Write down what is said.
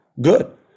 good